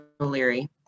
O'Leary